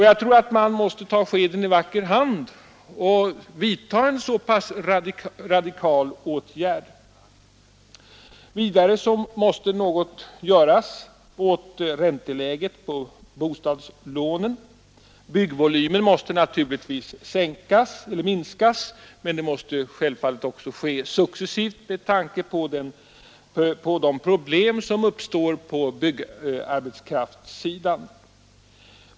Jag tror att man måste ta skeden i vacker hand och genomföra en så pass radikal åtgärd. Vidare måste något göras åt ränteläget för bostadslånen. Byggvolymen måste naturligtvis minskas, men det måste ske successivt med tanke på de problem som uppstår på byggarbetskraftssidan.